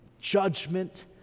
Judgment